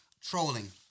Trolling